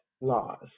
laws